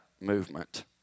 movement